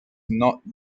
not